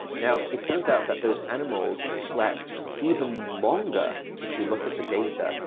now it turns out that those animals slept even longer, if you look at the data,